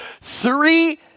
three